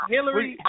Hillary